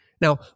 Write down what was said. Now